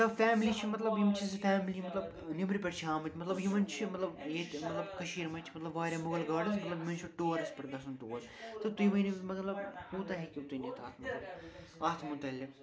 تہٕ فیملی چھِ مطلب یِم چھِ زٕ فیملی مطلب نٮ۪برٕ پٮ۪ٹھ چھِ آمٕتۍ مطلب یِمَن چھِ مطلب ییٚتہِ مطلب کٔشیٖرِ منٛز چھِ مطلب واریاہ مۄغل گاڈنٕز مطلب یِمَن چھِ ٹورَس پٮ۪ٹھ گژھُن تور تہٕ تُہۍ ؤنِو مطلب کوٗتاہ ہیٚکِو تُہۍ نِتھ اَتھ مطلب اَتھ متعلِق